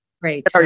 Great